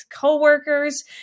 coworkers